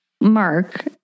Mark